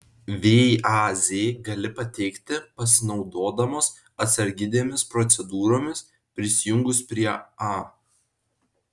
vaz gali pateikti pasinaudodamos atsarginėmis procedūromis prisijungus prie a